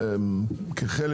כחלק